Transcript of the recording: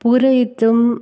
पूरयितुम्